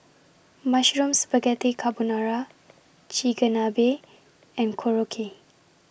Mushroom Spaghetti Carbonara Chigenabe and Korokke